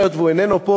היות שהוא איננו פה,